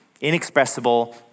inexpressible